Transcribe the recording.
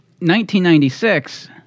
1996